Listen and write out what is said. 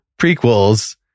prequels